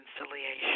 reconciliation